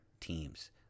teams